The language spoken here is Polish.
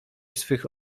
swych